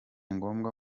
ngombwa